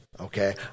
Okay